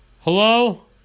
Hello